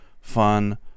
fun